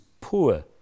poor